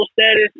status